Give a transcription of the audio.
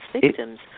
victims